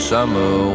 Summer